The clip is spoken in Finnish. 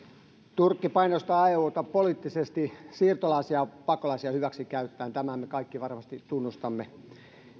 turkki painostaa euta poliittisesti siirtolaisia pakolaisia hyväksikäyttäen tämän me kaikki varmasti tunnustamme